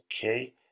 okay